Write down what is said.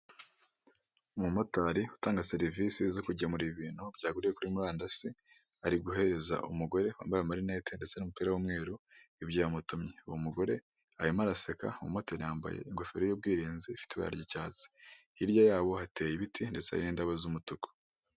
Mu nama cyangwa se mumahugurwa, biba byiza cyane yuko abantu bitabiriye iyonama cyangwa amahugurwa, bakurikiira ibiri kubera muri iyo nama cyangwa se ayo mahugurwa, mugihe cyose bayitabiriye bika byiza y'uko, mugihe hari igitekerezo kiza kivugiwemo, abafite aho agomba kucyandika kugira ngo kize kumufasha hanyuma.